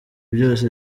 byose